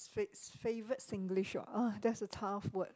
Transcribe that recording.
fix favourite Singlish word ah !ah! that's a tough word